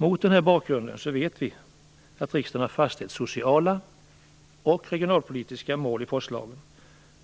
Mot den bakgrunden vet vi att riksdagen har fastställt sociala och regionalpolitiska mål i postlagen,